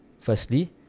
Firstly